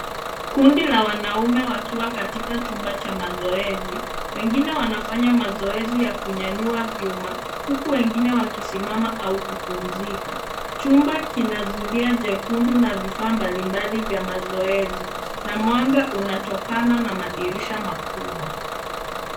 Kundi la wanaume wakiwa katika chumba cha mazoezi. Wengine wanafanya mazoezi ya kunyanyua vyuma, huku wengine wakisimama kupumzika. Chumba kina zulia jekundu na vifaa mbalimbali vya mazoezi, na mwanga unatokana na madirisha makubwa.